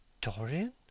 Dorian